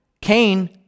Cain